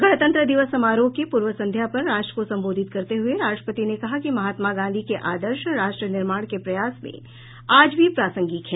गणतंत्र दिवस समारोह की पूर्व संध्या पर राष्ट्र को सम्बोधित करते हुए राष्ट्रपति ने कहा कि महात्मा गांधी के आदर्श राष्ट्र निर्माण के प्रयास में आज भी प्रासंगिक हैं